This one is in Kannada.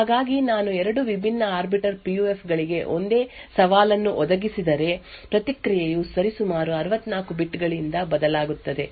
ಹಾಗಾಗಿ ನಾನು 2 ವಿಭಿನ್ನ ಆರ್ಬಿಟರ್ ಪಿಯುಎಫ್ ಗಳಿಗೆ ಒಂದೇ ಸವಾಲನ್ನು ಒದಗಿಸಿದರೆ ಪ್ರತಿಕ್ರಿಯೆಯು ಸರಿಸುಮಾರು 64 ಬಿಟ್ ಗಳಿಂದ ಬದಲಾಗುತ್ತದೆ